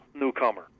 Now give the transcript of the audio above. newcomer